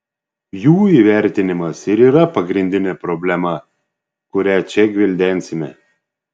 jų įvertinimas ir yra pagrindinė problema kurią čia gvildensime